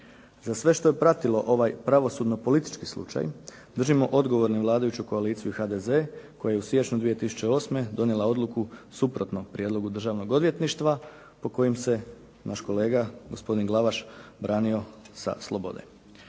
Za sve što je pratilo ovaj pravosudno politički slučaj držimo odgovornim vladajuću koaliciju i HDZ koja je u siječnju 2008. donijela odluku suprotno prijedlogu Državnog odvjetništva po kojem se naš kolega gospodin Glavaš branio sa slobode.